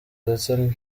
ndetse